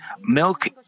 milk